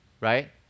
right